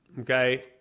okay